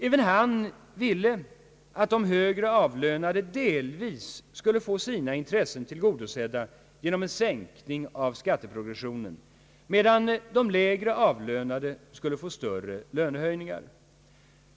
Även han ville att de högre avlönade delvis skulle få sina intressen tillgodosedda genom en sänkning av skatteprogressionen, medan de lägre avlönade skulle få större lönehöjningar.